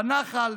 בנח"ל,